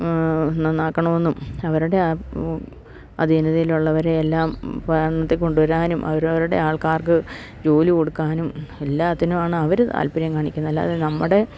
നന്നാക്കണമെന്നും അവരുടെ അധീനതയിലുള്ളവരെ എല്ലാം ഭരണത്തിൽ കൊണ്ടുവരാനും അവരവരുടെ ആൾക്കാർക്ക് ജോലി കൊടുക്കാനും എല്ലാത്തിനും ആണ് അവര് താൽപര്യം കാണിക്കുന്നത് അല്ലാതെ നമ്മുടെ